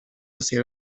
hacia